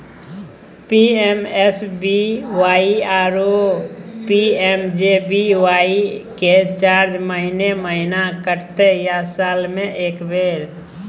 PMSBY आरो PMJBY के charge महीने महीना कटते या साल म एक बेर?